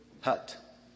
hut